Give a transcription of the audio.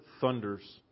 thunders